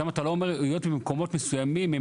שם אתה לא אומר: "היות ובמקומות מסוימים הם